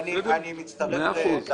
על זה אנחנו מצביעים.